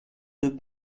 deux